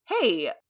hey